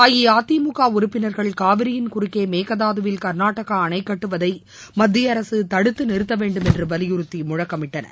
அஇஅதிமுக உறுப்பினர்கள் காவிரியின் குறுக்கே மேகதாதுவில் கர்நாடகா அணைக் கட்டுவதை மத்திய அரசு தடுத்து நிறுத்த வேண்டும் என்று வலியுறுத்தி முழக்கமிட்டனர்